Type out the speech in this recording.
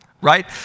right